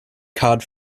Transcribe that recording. cod